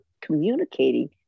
communicating